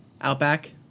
Outback